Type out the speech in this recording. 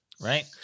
Right